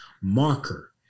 marker